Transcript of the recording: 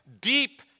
deep